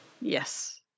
Yes